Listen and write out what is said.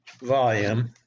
volume